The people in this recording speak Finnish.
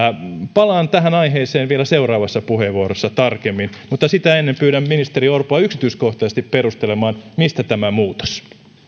palaan tähän aiheeseen vielä seuraavassa puheenvuorossa tarkemmin mutta sitä ennen pyydän ministeri orpoa yksityiskohtaisesti perustelemaan mistä tämä muutos